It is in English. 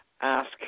ask